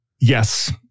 Yes